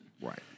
Right